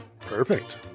Perfect